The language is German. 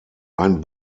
ein